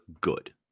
good